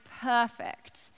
perfect